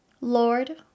Lord